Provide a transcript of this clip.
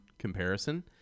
comparison